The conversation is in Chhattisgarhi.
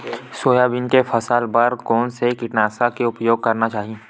सोयाबीन के फसल बर कोन से कीटनाशक के उपयोग करना चाहि?